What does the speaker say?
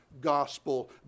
gospel